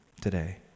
today